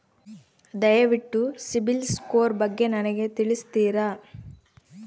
ದಯವಿಟ್ಟು CIBIL score ಬಗ್ಗೆ ನನಗೆ ತಿಳಿಸ್ತೀರಾ?